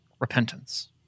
repentance